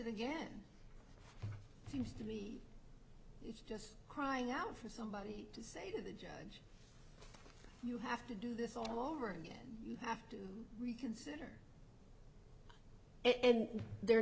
it again seems to me just crying out for somebody to say to the judge you have to do this all over again you have to reconsider it and they're